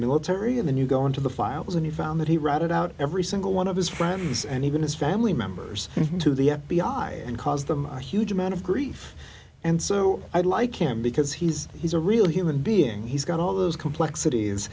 military in the new go into the files and he found that he ratted out every single one of his friends and even his family members to the f b i and cause them a huge amount of grief and so i'd like him because he's he's a real human being he's got all those complexities